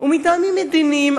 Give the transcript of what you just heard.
ומטעמים מדיניים,